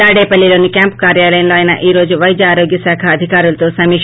తాడేపల్లిలోని క్యాంప్ కార్యాలయంలో ఆయన ఈ రోజు పైద్య ఆరోగ్య శాఖ అధికారులతో సమీక